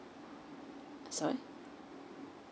sorry